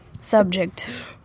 subject